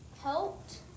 helped